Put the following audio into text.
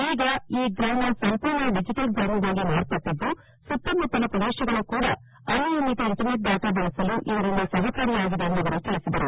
ಈಗ ಈ ಗ್ರಾಮ ಸಂಪೂರ್ಣ ಡಿಜಿಟಲ್ ಗ್ರಾಮವಾಗಿ ಮಾರ್ಪಟ್ಟಿದ್ದು ಸುತ್ತಮುತ್ತಲ ಪ್ರದೇಶಗಳೂ ಕೂಡ ಅನಿಮಿಯತ ಇಂಟರ್ನೆಟ್ ಡಾಟಾ ಬಳಸಲು ಇದರಿಂದ ಸಹಕಾರಿಯಾಗಿದೆ ಎಂದು ಅವರು ತಿಳಿಸಿದರು